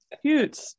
Cute